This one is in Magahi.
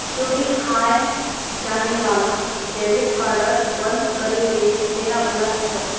चोरी हाएं जाने वाला डेबिट कार्डक बंद करिहें देना भला छोक